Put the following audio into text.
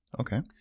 Okay